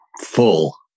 full